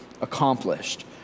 accomplished